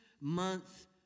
month